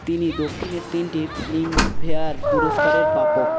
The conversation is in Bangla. তিনি দক্ষিণের তিনটি ফিল্ম ফেয়ার পুরস্কারের প্রাপক